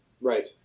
Right